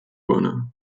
werner